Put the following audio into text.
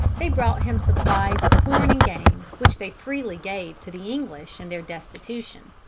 they brought him supplies of corn and game, which they freely gave to the english in their destitution.